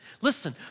Listen